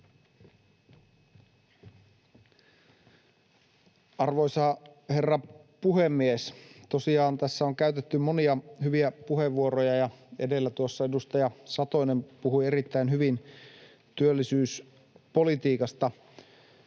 Arvoisa herra puhemies! Tosiaan tässä on käytetty monia hyviä puheenvuoroja. Tuossa edellä edustaja Satonen puhui erittäin hyvin työllisyyspolitiikasta.